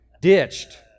ditched